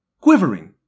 quivering